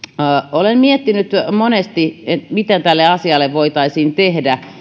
olen miettinyt monesti mitä tälle asialle voitaisiin tehdä